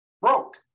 broke